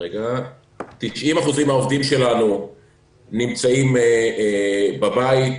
90% מן העובדים שלנו נמצאים בבית,